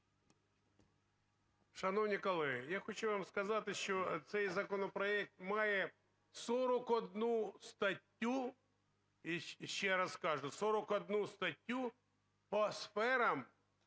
Шановні колеги, я хочу вам сказати, що цей законопроект має 41 статтю, ще раз кажу, 41 статтю по сферам